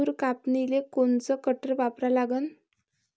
तूर कापनीले कोनचं कटर वापरा लागन?